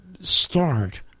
start